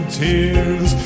tears